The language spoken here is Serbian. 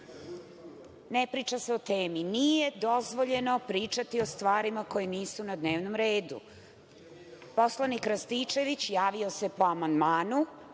ne priča se o temi. Nije dozvoljeno pričati o stvarima koje nisu na dnevnom redu. Poslanik Rističević javio se po amandmanu,